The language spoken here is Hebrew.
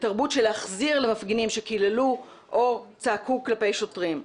בתרבות של להחזיר למפגינים שקיללו או צעקו כלפי שוטרים.